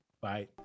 Bye